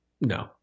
no